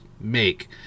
make